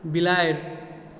बिलाड़ि